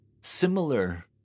similar